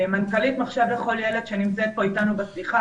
מנכ"לית מחשב לכל ילד שנמצאת כאן אתנו בשיחה,